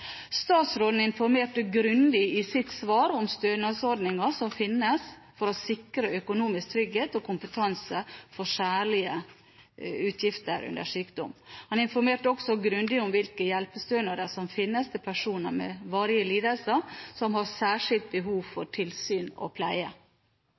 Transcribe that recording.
Statsråden informerte grundig i sitt svar om stønadsordninger som finnes for å sikre økonomisk trygghet og kompetanse for særlige utgifter under sykdom. Han informerte også grundig om hvilke hjelpestønader som finnes til personer med varige lidelser og særskilt behov for